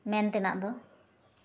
ᱢᱮᱱ ᱛᱮᱱᱟᱜ ᱫᱚ